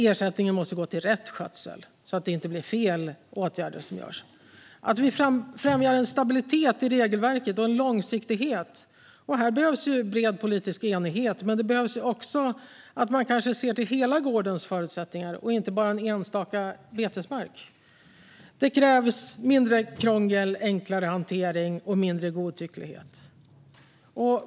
Ersättningen måste gå till rätt skötsel så att det inte blir fel åtgärder som vidtas. Vi ska främja en stabilitet i regelverket och en långsiktighet. Här behövs bred politisk enighet. Men det behövs också att man kanske ser till hela gårdens förutsättningar och inte enbart till en enstaka betesmark. Det krävs mindre krångel, enklare hantering och mindre godtycklighet.